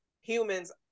humans